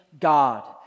God